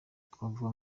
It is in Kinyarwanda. twavuga